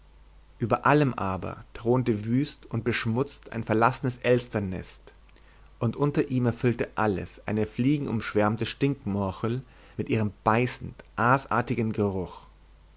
über allem aber thronte wüst und beschmutzt ein verlassenes elsternnest und unter ihm erfüllte alles eine fliegenumschwärmte stinkmorchel mit ihrem beißend aasartigen geruch